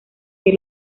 que